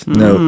no